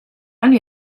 anni